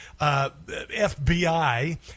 FBI